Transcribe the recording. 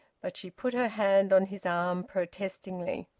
but she put her hand on his arm protestingly.